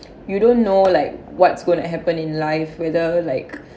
you don't know like what's gonna to happen in life whether like